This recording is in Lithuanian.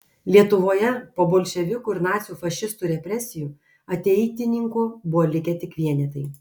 lietuvoje po bolševikų ir nacių fašistų represijų ateitininkų buvo likę tik vienetai